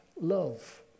love